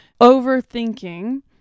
overthinking